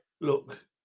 look